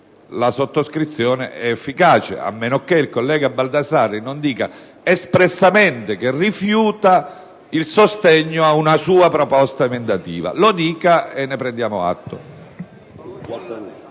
la sottoscrizione è efficace, a meno che il collega Baldassarri non dica espressamente che rifiuta il sostegno ad una sua proposta emendativa; lo dica e ne prendiamo atto.